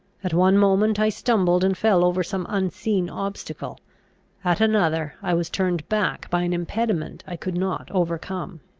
at one moment i stumbled and fell over some unseen obstacle at another i was turned back by an impediment i could not overcome.